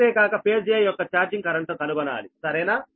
అంతేకాక phase a యొక్క charging కరెంటును కనుగొనాలి సరేనా